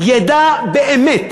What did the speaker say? ידע באמת